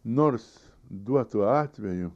nors duotu atveju